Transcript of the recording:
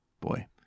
boy